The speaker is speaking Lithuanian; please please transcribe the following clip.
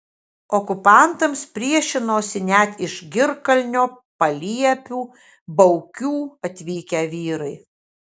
okupantams priešinosi net iš girkalnio paliepių baukių atvykę vyrai